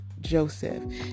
Joseph